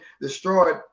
destroyed